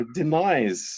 denies